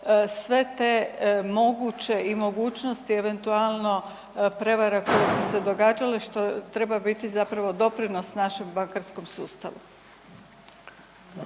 sve te moguće i mogućnosti eventualno prevara koje su se događale, što treba biti zapravo doprinos našem bankarskom sustavu.